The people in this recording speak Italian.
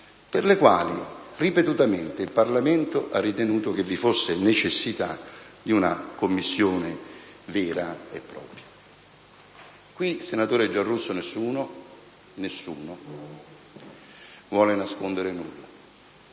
per le quali ripetutamente il Parlamento ha ritenuto che vi fosse necessità di una Commissione vera e propria. Qui, senatore Giarrusso, nessuno, ripeto, nessuno, vuole